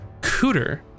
Cooter